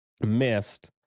missed